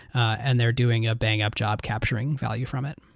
and they're doing a banged-up job capturing value from it.